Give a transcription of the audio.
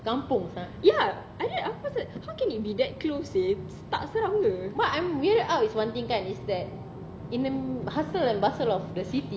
kampung sia what I'm weird is one thing that is that in the hustle and bustle of the city